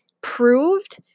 proved